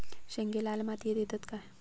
शेंगे लाल मातीयेत येतत काय?